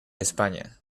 españa